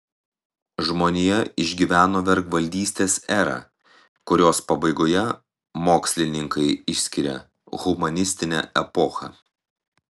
žmonija išgyveno vergvaldystės erą kurios pabaigoje mokslininkai išskiria humanistinę epochą